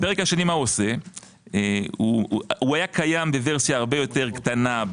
הפרק השני הוא היה קיים בוורסיה הרבה יותר קטנה.